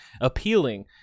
appealing